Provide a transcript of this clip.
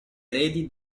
eredi